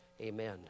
Amen